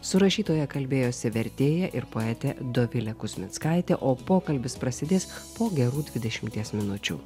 su rašytoja kalbėjosi vertėja ir poetė dovilė kuzminskaitė o pokalbis prasidės po gerų dvidešimties minučių